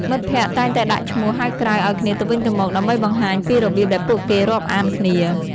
មិត្តភក្តិតែងតែដាក់ឈ្មោះហៅក្រៅឱ្យគ្នាទៅវិញទៅមក ដើម្បីបង្ហាញពីរបៀបដែលពួកគេរាប់អានគ្នា។